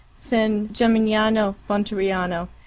san gemignano, monteriano.